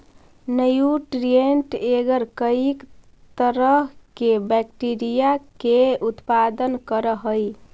nutrient एगर कईक तरह के बैक्टीरिया के उत्पादन करऽ हइ